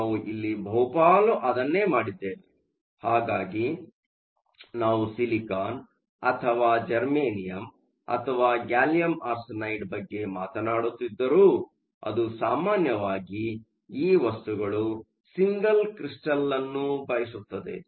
ನಾವು ಇಲ್ಲಿ ಬಹುಪಾಲು ಅದನ್ನೇ ಮಾಡಿದ್ದೇವೆ ಹಾಗಾಗಿ ನಾವು ಸಿಲಿಕಾನ್ ಅಥವಾ ಜರ್ಮೇನಿಯಮ್ ಅಥವಾ ಗ್ಯಾಲಿಯಮ್ ಆರ್ಸೆನೈಡ್ ಬಗ್ಗೆ ಮಾತನಾಡುತ್ತಿದ್ದರೂ ಅದು ಸಾಮಾನ್ಯವಾಗಿ ಈ ವಸ್ತುಗಳು ಸಿಂಗಲ್ ಕ್ರಿಸ್ಟಲ್ ಅನ್ನು ಬಯಸುತ್ತದೆ